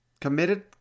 committed